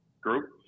group